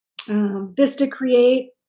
VistaCreate